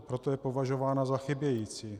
Proto je považována za chybějící.